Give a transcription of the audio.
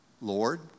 Lord